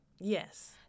Yes